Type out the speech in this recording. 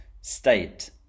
state